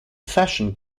fashion